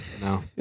No